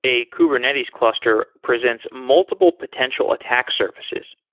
a kubernetes cluster presents multiple potential attack services.